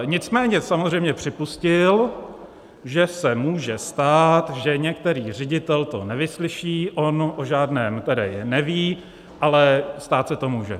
Nicméně samozřejmě připustil, že se může stát, že některý ředitel to nevyslyší on o žádném tedy neví, ale stát se to může.